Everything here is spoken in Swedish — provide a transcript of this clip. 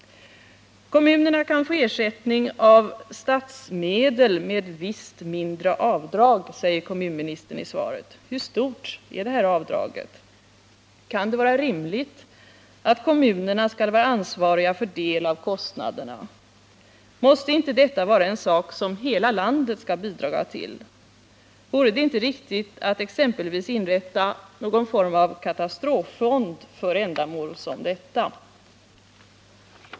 Kommunerna kan få ”ersättning av statsmedel med ett visst mindre avdrag”, säger kommunministern i svaret. Hur stort är avdraget? Kan det vara rimligt att kommunerna skall vara ansvariga för en del av kostnaderna? Måste inte detta vara en sak som hela landet skall bidra till? Vore det inte riktigt att exempelvis inrätta någon form av katastroffond för ändamål som detta?